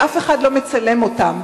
ואף אחד לא מצלם אותם,